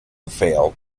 failed